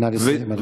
נא לסיים, אדוני.